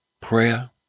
prayer